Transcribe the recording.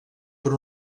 per